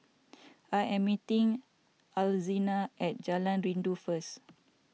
I am meeting Alzina at Jalan Rindu first